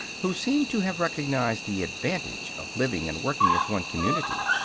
who seem to have recognized the advantage of living and working as one community.